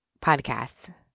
podcasts